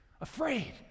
Afraid